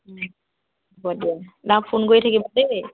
হ'ব দিয়া ফোন কৰি থাকিবা দেই